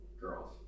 girls